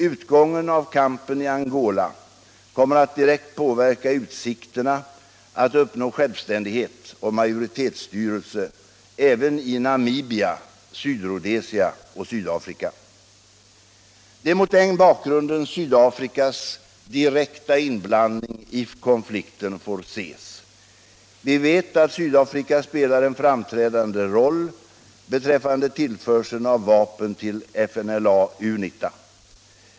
Utgången av kampen i Angola kommer att direkt påverka utsikterna att uppnå självständighet och majoritetsstyre även i Namibia, Rhodesia och Sydafrika. Det är mot den bakgrunden Sydafrikas direkta inblandning i konflikten får ses. Vi vet att Sydafrika spelar en framträdande roll beträffande tillförseln av vapen till FNLA-UNITA.